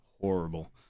horrible